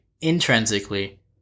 intrinsically